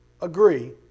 agree